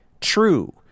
true